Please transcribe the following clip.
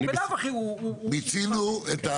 בלאו הכי הוא --- מיצינו את הדברים.